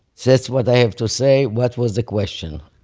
that's what i have to say, what was the question?